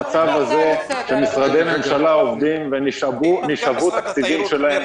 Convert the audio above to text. המצב הזה שמשרדי ממשלה עובדים ונשאבו תקציבים שלהם